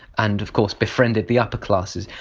and of course befriended the upper classes,